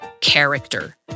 character